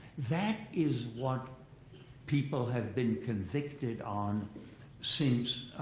that is what people have been convicted on since